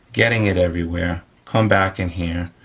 getting it everywhere, come back in here,